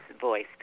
voice